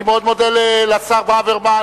אני מאוד מודה לשר ברוורמן,